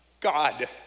God